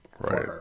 Right